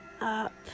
up